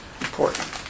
important